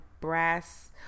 Brass